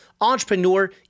Entrepreneur